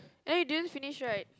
eh you didn't finish right